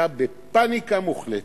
אתה בפניקה מוחלטת.